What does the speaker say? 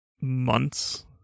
months